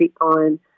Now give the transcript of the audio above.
on